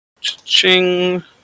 ching